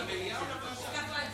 למליאה או לוועדה?